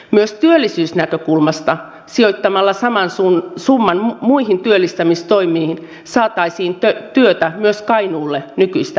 myös työllisyysnäkökulmasta sijoittamalla saman summan muihin työllistämistoimiin saataisiin myös työtä kainuulle nykyistä enemmän